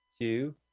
two